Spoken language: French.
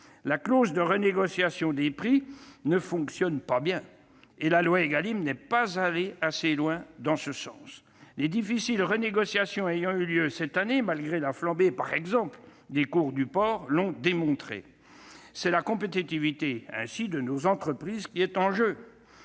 La clause de renégociation des prix ne fonctionne pas bien et la loi Égalim n'est pas allée assez loin sur ce point. Les difficiles renégociations qui ont eu lieu en 2019 malgré la flambée du cours du porc, par exemple, l'ont démontré. C'est la compétitivité de nos entreprises qui est en jeu.